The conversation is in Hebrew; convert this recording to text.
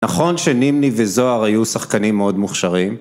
נכון שנימני וזוהר היו שחקנים מאוד מוכשרים